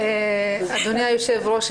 אדוני היושב-ראש,